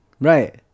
right